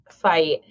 fight